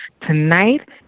Tonight